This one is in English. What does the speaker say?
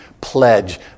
pledge